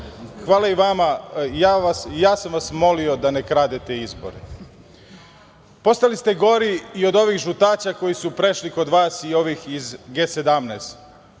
Hvala i vama. Ja sam vas molio da ne kradete izbore. Postali ste gori i od ovih žutaća koji su prešli kod vas i ovih iz G17.